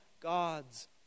God's